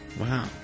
Wow